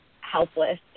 helpless